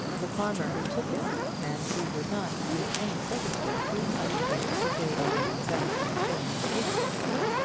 the farmer who took it, and who would not under any circumstances undertake to pay more than seventeen shillings an acre for it,